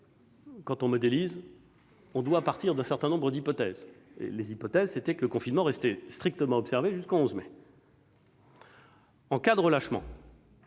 Quand on modélise, on doit partir d'un certain nombre d'hypothèses. L'hypothèse que nous avons retenue, c'est que le confinement resterait strictement observé jusqu'au 11 mai. En cas de relâchement-